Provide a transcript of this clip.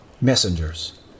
Messengers